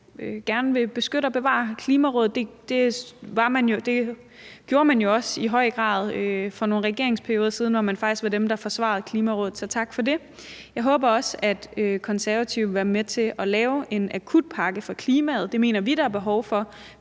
gerne vil beskytte og bevare Klimarådet. Det gjorde man jo også i høj grad for nogle regeringsperioder siden, hvor man faktisk var dem, der forsvarede af Klimarådet – så tak for det. Jeg håber også, at Konservative vil være med til at lave en akutpakke for klimaet. Det mener vi der er behov for,